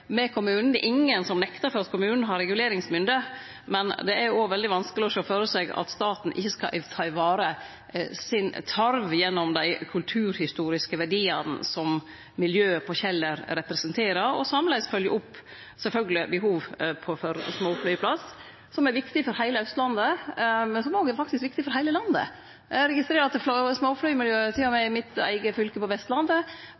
med kommunen. Det er ingen som nektar for at kommunen har reguleringsmynde, men det er òg veldig vanskeleg å sjå føre seg at staten ikkje skal ta i vare si tarv gjennom dei kulturhistoriske verdiane som miljøet på Kjeller representerer, og sameleis sjølvsagt følgje opp behovet for småflyplass, som er viktig for heile Austlandet, men som òg faktisk er viktig for heile landet. Eg registrerer at småflymiljøet til og